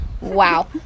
Wow